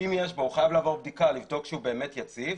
אם יש בו הוא חייב לעבור בדיקה ולבדוק שהוא באמת יציב.